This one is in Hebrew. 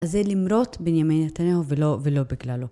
זה למרות בנימין נתניהו ולא בגללו.